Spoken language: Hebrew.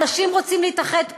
אנשים רוצים להתאחד פה,